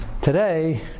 Today